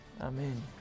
Amen